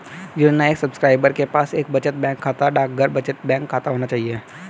योजना के सब्सक्राइबर के पास एक बचत बैंक खाता, डाकघर बचत बैंक खाता होना चाहिए